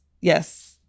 Yes